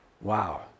Wow